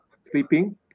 sleeping